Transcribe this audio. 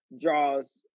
draws